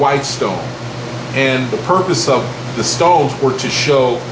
white stone and the purpose of the stove were to show